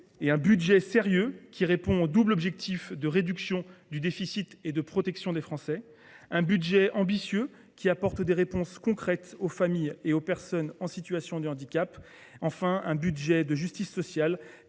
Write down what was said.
d’un budget sérieux, qui répond au double objectif de réduction du déficit et de protection des Français ; d’un budget ambitieux, qui apporte des réponses concrètes aux familles et aux personnes en situation de handicap ; d’un budget, enfin, de justice sociale,